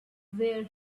where